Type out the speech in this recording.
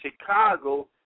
Chicago